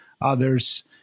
others